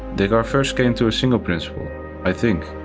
descartes first came to a single principle i think.